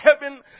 heaven